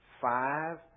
five